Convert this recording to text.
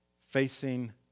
Facing